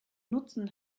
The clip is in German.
nutzen